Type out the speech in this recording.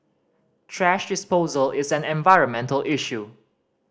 thrash disposal is an environmental issue